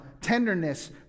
tenderness